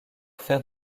faire